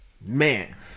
man